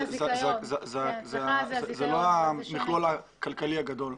זה לא המכלול הכלכלי הגדול.